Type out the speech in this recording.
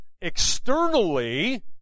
externally